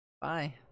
Bye